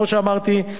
כמו שאמרתי,